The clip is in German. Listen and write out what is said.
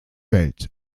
welt